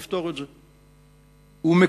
לפתור את זה, כל אחד בדרכו.